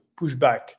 pushback